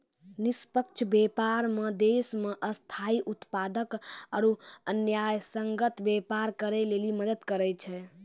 निष्पक्ष व्यापार मे देश मे स्थायी उत्पादक आरू न्यायसंगत व्यापार करै लेली मदद करै छै